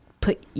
put